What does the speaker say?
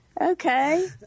Okay